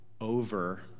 over